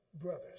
brothers